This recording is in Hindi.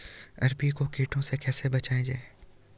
अरबी को कीटों से कैसे बचाया जाए?